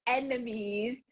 enemies